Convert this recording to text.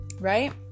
right